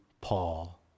Paul